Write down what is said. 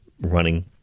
running